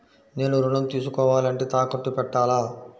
నేను ఋణం తీసుకోవాలంటే తాకట్టు పెట్టాలా?